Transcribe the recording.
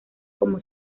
como